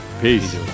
Peace